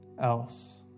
else